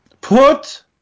put